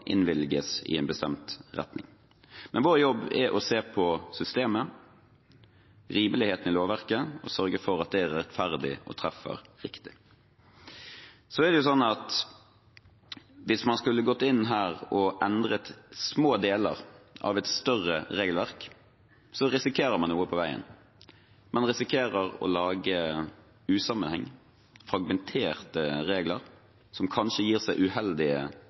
innvilges i en bestemt retning. Vår jobb er å se på systemet, rimeligheten i lovverket, og sørge for at det er rettferdig og treffer riktig. Hvis man skulle gått inn her og endret små deler av et større regelverk, risikerer man noe på veien. Man risikerer å lage usammenheng, fragmenterte regler som kanskje gir uheldige